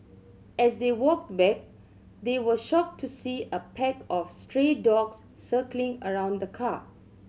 as they walked back they were shocked to see a pack of stray dogs circling around the car